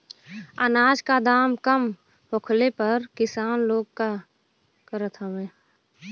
अनाज क दाम कम होखले पर किसान लोग का करत हवे?